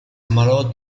ammalò